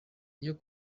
iyo